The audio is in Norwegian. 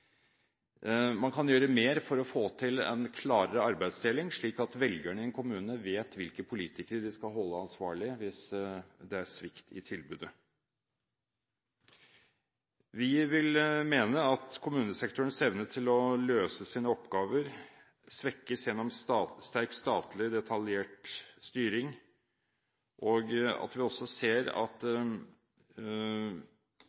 Man kan gjøre mer for å få til en klarere arbeidsdeling, slik at velgerne i en kommune vet hvilke politikere de skal holde ansvarlige hvis det er svikt i tilbudet. Vi vil mene at kommunesektorens evne til å løse sine oppgaver svekkes gjennom sterk statlig, detaljert styring. Vi ser også at